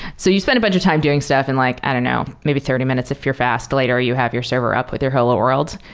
so you spend a bunch of time doing stuff in like i don't know, maybe thirty minutes if you're fast. later, you have your server up with your hello world.